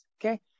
okay